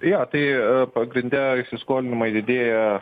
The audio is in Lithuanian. jo tai pagrinde įsiskolinimai didėja